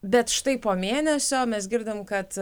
bet štai po mėnesio mes girdim kad